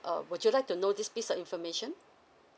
err would you like to know this piece of information